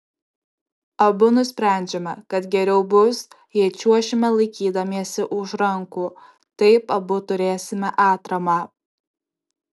abu nusprendžiame kad geriau bus jei čiuošime laikydamiesi už rankų taip abu turėsime atramą